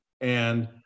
And-